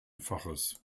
faches